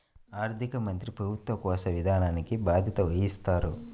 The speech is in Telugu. ఆర్థిక మంత్రి ప్రభుత్వ కోశ విధానానికి బాధ్యత వహిస్తారు